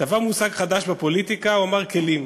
טבע מושג חדש בפוליטיקה, הוא אמר "כלים".